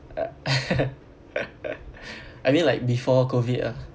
I mean like before COVID ah